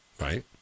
Right